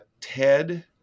Ted